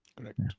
Correct